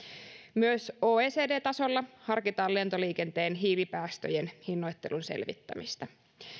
myös oecd tasolla harkitaan lentoliikenteen hiilipäästöjen hinnoittelun selvittämistä